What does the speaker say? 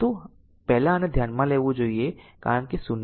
પરંતુ પહેલા આને ધ્યાનમાં લેવું જોઈએ કારણ કે 0 થી 1